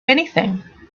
anything